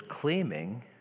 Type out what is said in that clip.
claiming